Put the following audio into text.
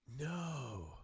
No